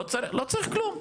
לא צריך כלום.